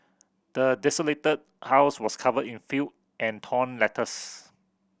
the desolated house was covered in filth and torn letters